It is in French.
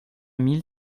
mille